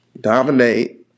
Dominate